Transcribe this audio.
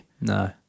no